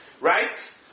Right